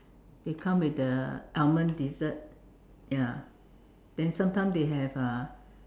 they come with the Almond dessert ya then sometime they have uh